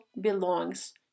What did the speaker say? belongs